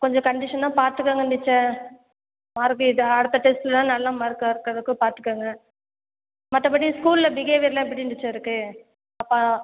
கொஞ்சம் கண்டிஷனாக பார்த்துக்கோங்க டீச்சர் மார்க்கு இது அடுத்த டெஸ்ட்லேலாம் நல்ல மார்க்காக இருக்கறதுக்கு பார்த்துக்கோங்க மற்றபடி ஸ்கூலில் பிஹேவியர்லாம் எப்படிங்க டீச்சர் இருக்குது பாப்பா